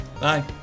bye